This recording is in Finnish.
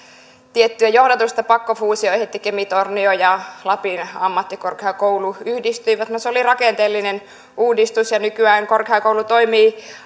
tiettyä johdatusta pakkofuusiolla kemi tornio ja lapin ammattikorkeakoulu yhdistyivät no se oli rakenteellinen uudistus ja nykyään korkeakoulu toimii